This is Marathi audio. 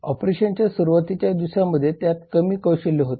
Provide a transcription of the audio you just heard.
ऑपरेशनच्या सुरुवातीच्या दिवसांमध्ये त्यात कमी कौशल्य होते